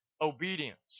obedience